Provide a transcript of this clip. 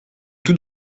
tout